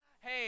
Hey